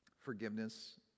forgiveness